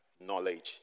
knowledge